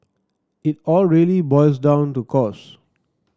it all really boils down to cost